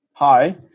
Hi